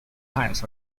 times